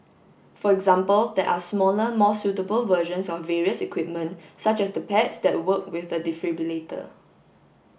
for example there are smaller more suitable versions of various equipment such as the pads that work with the defibrillator